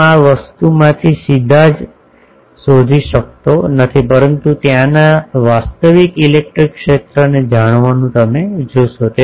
હું આ વસ્તુમાંથી સીધા જ શોધી શકતો નથી પરંતુ ત્યાંના વાસ્તવિક ઇલેક્ટ્રિક ક્ષેત્રને જાણવાનું તમે જોશો